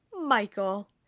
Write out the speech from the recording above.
Michael